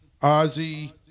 Ozzy